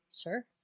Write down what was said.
sure